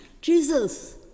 Jesus